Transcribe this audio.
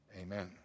Amen